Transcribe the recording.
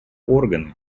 органы